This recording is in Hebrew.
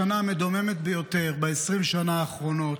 השנה המדממת ביותר ב-20 שנה האחרונות.